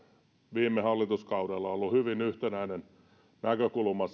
viime hallituskaudella ollut hyvin yhtenäinen näkökulma